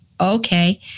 okay